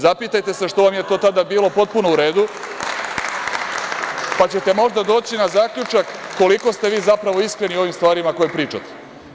Zapitajte se što vam je to tada bilo potpuno u redu, pa ćete možda doći na zaključak koliko ste vi zapravo iskreni u ovim stvarima koje pričate.